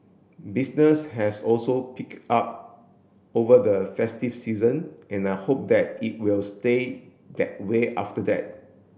business has also picked up over the festive season and I hope that it will stay that way after that